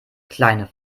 kleine